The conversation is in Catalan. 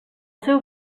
seu